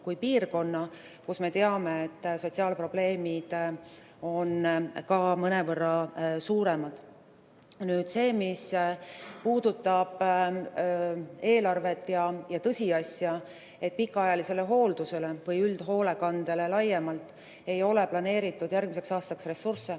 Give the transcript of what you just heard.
kui piirkonna, mille kohta me teame, et seal on sotsiaalprobleemid mõnevõrra suuremad. See, mis puudutab eelarvet ja tõsiasja, et pikaajalisele hooldusele või üldhoolekandele laiemalt ei ole planeeritud järgmiseks aastaks ressursse,